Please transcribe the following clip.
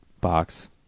box